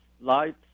lights